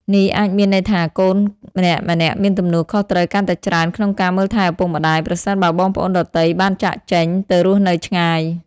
នេះអាចមានន័យថាកូនម្នាក់ៗមានទំនួលខុសត្រូវកាន់តែច្រើនក្នុងការមើលថែឪពុកម្តាយ ប្រសិនបើបងប្អូនដទៃបានចាកចេញទៅរស់នៅឆ្ងាយ។